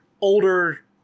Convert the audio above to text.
older